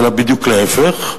אלא בדיוק להיפך,